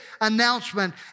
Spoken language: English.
announcement